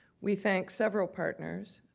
we thank several partners,